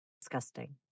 Disgusting